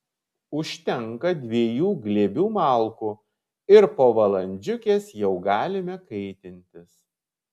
užtenka dviejų glėbių malkų ir po valandžiukės jau galime kaitintis